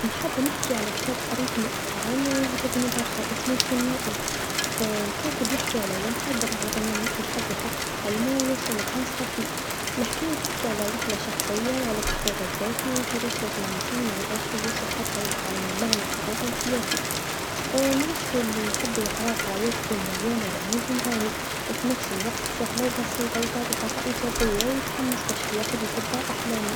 نحب نحكي عن كتاب قريتو مؤخرا و عجبني برشا إسمه الخميائي، الكاتب يحكي على واحد راح يحب يحقق حلمو و يوصل للكنز الخفي، الحكايه تحكي على رحله شخصيه و على تحقيق الذات كيفاش لازم الإنسان مييأسش و يوصل حتى يلقى المعنى الحقيقي لحياتو نرشحو ليحبو يقراو قرايات تكون مليانه رموز و معاني و في نفس الوقت سهله و بسيطه و تعطي طاقه إيجابيه و تحمس باش يتبع أحلامو.